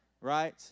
right